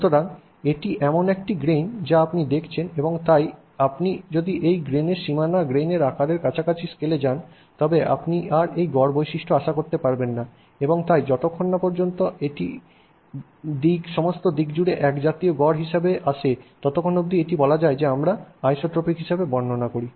সুতরাং এটি এমন একটি গ্রেইন যা আপনি দেখেছেন এবং তাই আপনি যদি গ্রেইনের সীমানা গ্রেইনের আকারের কাছাকাছি স্কেলে যান তবে আপনি আর এই গড় বৈশিষ্ট্য আশা করতে পারবেন না এবং তাই যতক্ষণ পর্যন্ত এটি সমস্ত দিক জুড়ে একজাতীয় গড় হিসাবে আসে ততক্ষণ অব্দি এটি বলা হয় এটি আমরা আইসোট্রপিক হিসাবে বর্ণনা করি